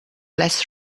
less